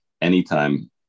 anytime